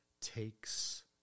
takes